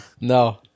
No